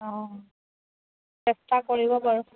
অঁ চেষ্টা কৰিব বাৰু